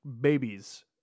babies